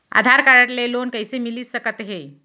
आधार card ले loan कइसे मिलिस सकत हे?